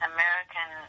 American